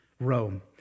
Rome